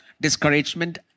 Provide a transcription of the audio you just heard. discouragement